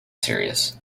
series